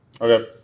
Okay